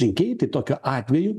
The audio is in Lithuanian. rinkėjai tokiu atveju